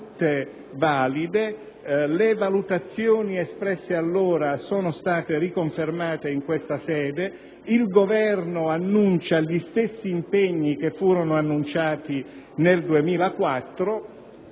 tutte valide, le valutazioni espresse allora sono state riconfermate in questa sede, il Governo annuncia gli stessi impegni che furono annunciati nel 2004.